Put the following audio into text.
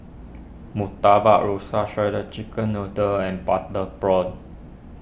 Murtabak Rusa Shredded Chicken Noodles and Butter Prawns